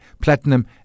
platinum